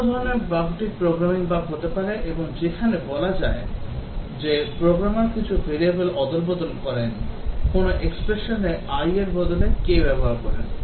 অন্য ধরণের বাগটি প্রোগ্রামিং বাগ হতে পারে যেখানে বলা যাক যে প্রোগ্রামার কিছু ভেরিয়েবল অদল বদল করেন কোন এক্সপ্রেশনে i এর বদলে k ব্যবহার করেন